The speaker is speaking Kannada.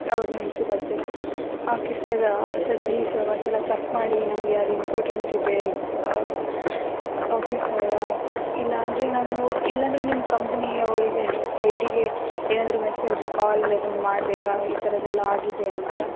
ಅವ್ರ್ನ ಇಳಿಸಿ ಬರ್ತಿರಾ okay sir sir please sir ಒಂದು ಸಲ ಚಕ್ ಮಾಡಿ ನನಗೆ ಅದು ಇಂಪೋರ್ಟೆಂಟ್ ಇದೆ ಓಕೆ ಸರ್ ಇಲ್ಲಾಂದರೆ ನಾನು ಇಲ್ಲಂದರೆ ನಿಮ್ಮ ಕಂಪ್ನೀ ಅವರಿಗೆ ಹೆಡ್ಡಿಗೆ ಏನಾದರೂ ಮೆಸೇಜ್ ಕಾಲ್ ಇದನ್ನ ಮಾಡಬೇಕಾ ಈ ಥರದ್ದೆಲ್ಲ ಆಗಿದೆ ಅಂತ